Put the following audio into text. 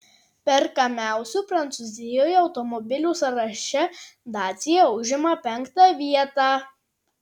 perkamiausių prancūzijoje automobilių sąraše dacia užima penktą vietą